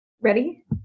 Ready